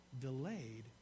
delayed